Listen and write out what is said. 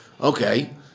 Okay